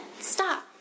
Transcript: stop